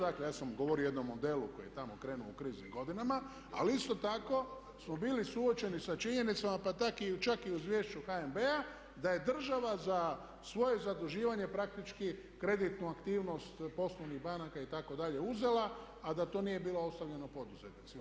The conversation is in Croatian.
Dakle, ja sam govorio o jednom modelu koji je tamo krenuo u kriznim godinama, ali isto tako smo bili suočeni sa činjenicama, pa čak i u izvješću HNB-a da je država za svoje zaduživanje praktički kreditnu aktivnost poslovnih banaka itd. uzela, a da to nije bilo ostavljeno poduzetnicima.